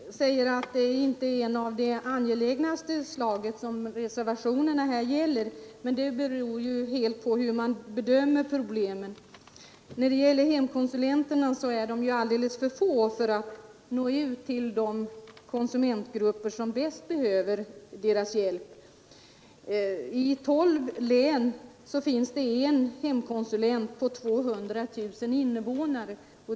Herr talman! Herr Blomkvist säger att det inte är någon av de angelägnaste frågorna som reservationerna här gäller. Men det beror ju på hur man bedömer problemen. Hemkonsulenterna är alldeles för få för att nå ut till de konsumentgrupper som bäst behöver deras hjälp. I 12 län finns det en hemkonsulent på 200 000 invånare.